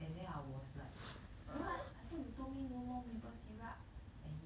and then I was like what I thought you told me no more maple syrup and he says